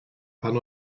pan